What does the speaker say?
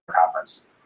conference